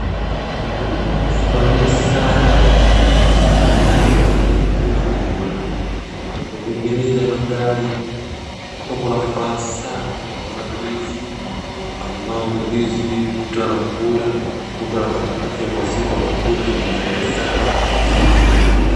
Mkulima hufurahia sana sana anapopanda kitu na kuvuna. Inatengeneza mandhari hapo kuna furaha sana unaona ndizi ambao ndizi mtu anakula mtu anapata afya kwa siku akikula inamsaidia sana.